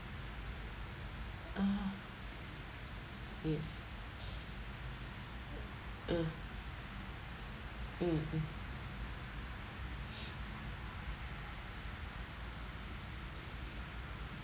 ah yes uh mm mm